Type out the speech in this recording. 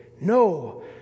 No